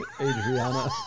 Adriana